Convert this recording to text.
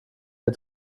der